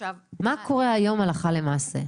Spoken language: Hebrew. מה קורה היום הלכה למעשה?